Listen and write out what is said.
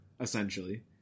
essentially